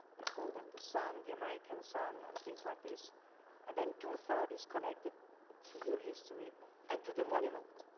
we call them the sun, the american sun and things like this and then two three is connected to your history and to the monument.